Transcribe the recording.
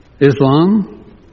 Islam